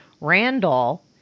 Randall